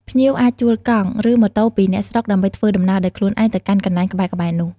ភ្ញៀវអាចជួល កង់ ឬម៉ូតូពីអ្នកស្រុកដើម្បីធ្វើដំណើរដោយខ្លួនឯងទៅកាន់កន្លែងក្បែរៗនោះ។